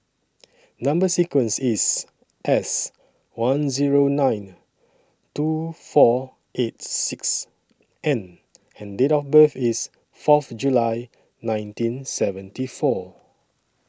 Number sequence IS S one Zero nine two four eight six N and Date of birth IS Fourth July nineteen seventy four